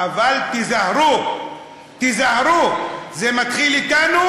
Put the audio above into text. אבל תיזהרו, תיזהרו, זה מתחיל אתנו,